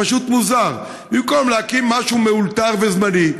פשוט מוזר: במקום להקים משהו מאולתר וזמני,